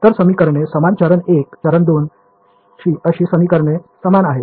तर समीकरणे समान चरण 1 चरण 2 अशी समीकरणे समान आहेत